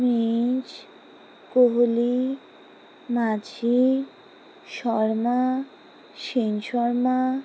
Kohli Majhi Sharma Sensharma